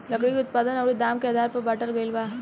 लकड़ी के उत्पादन अउरी दाम के आधार पर बाटल गईल बा